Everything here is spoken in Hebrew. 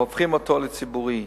והופכים אותו לציבורי.